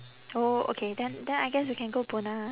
oh okay then then I guess we can go buona